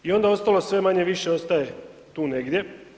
I onda ostalo sve manje-više ostaje tu negdje.